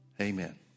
amen